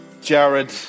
Jared